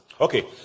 Okay